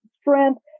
strength